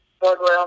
boardroom